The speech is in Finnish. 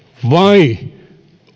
vai